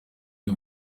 y’u